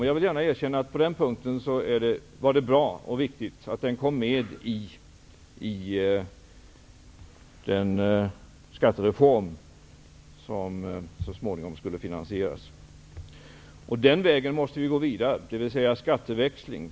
Jag vill gärna erkänna att det var bra och viktigt att den kom med i den skattereform som så småningom skulle finansieras. Vi måste gå vidare på den vägen, dvs. skatteväxling.